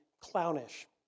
clownish